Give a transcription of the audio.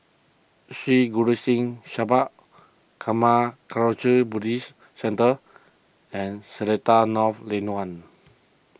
Sri Guru Singh Sabha Karma Kagyud Buddhist Centre and Seletar North Lane one